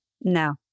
no